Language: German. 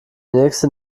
nächste